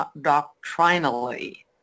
doctrinally